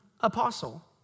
apostle